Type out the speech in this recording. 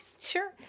Sure